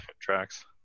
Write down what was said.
tracks